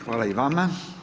Hvala i vama.